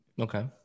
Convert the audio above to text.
Okay